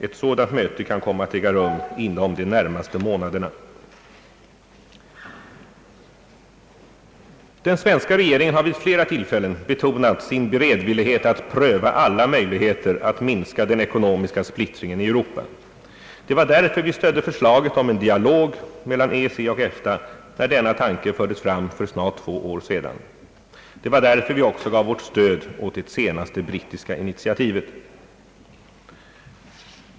Ett sådant möte kan komma att äga rum inom de närmaste månaderna. Den svenska regeringen har vid flera tillfällen betonat sin beredvillighet att pröva alla möjligheter att minska den ekonomiska splittringen i Europa. Det var därför vi stödde förslaget om en dialog mellan EEC och EFTA, när denna tanke fördes fram för snart två år sedan. Det var därför vi också gav vårt stöd åt det senaste brittiska initiativet.